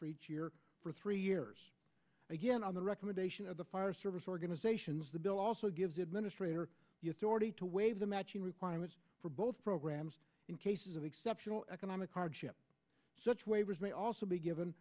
for each year for three years again on the recommendation of the fire service organizations the bill also gives administrator the authority to waive the matching requirements for both programs in cases of exceptional economic hardship such waivers may also be given